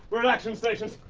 we're at action stations.